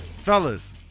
Fellas